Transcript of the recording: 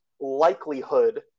likelihood